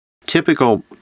Typical